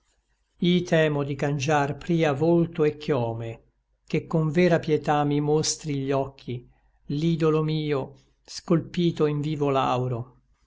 temo di cangiar pria volto et chiome che con vera pietà mi mostri gli occhi l'idolo mio scolpito in vivo lauro